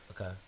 Okay